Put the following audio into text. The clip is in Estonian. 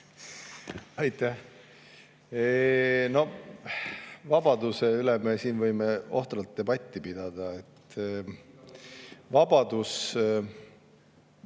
Aitäh! Vabaduse üle me võime siin ohtralt debatti pidada. Vabadus